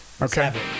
Okay